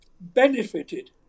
benefited